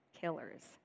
killers